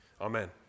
Amen